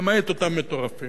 למעט אותם מטורפים.